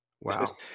wow